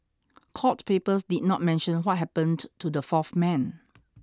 court papers did not mention what happened to the fourth man